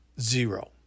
zero